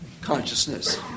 consciousness